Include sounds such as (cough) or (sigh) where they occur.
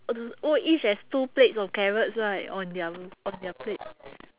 (noise) oh each has two plates of carrots right on their on their plate